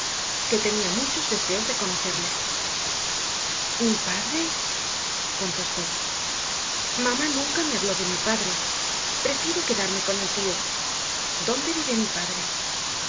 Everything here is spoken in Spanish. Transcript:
que tenía muchos deseos de conocerle mi padre contestó mamá nunca me habló de mi padre prefiero quedarme con el tío dónde vive mi padre